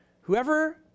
Whoever